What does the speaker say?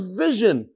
vision